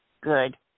good